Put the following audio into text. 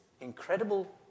incredible